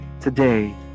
today